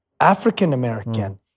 African-American